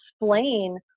explain